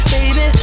Baby